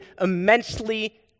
immensely